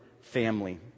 family